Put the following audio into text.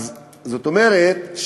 זאת אומרת,